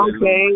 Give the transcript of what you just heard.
Okay